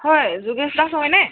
হয় যোগেশ দাস হয়নে